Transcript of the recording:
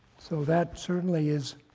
so that certainly is